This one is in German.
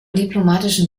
diplomatischen